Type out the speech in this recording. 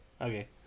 Okay